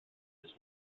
his